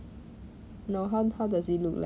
no how how does he look like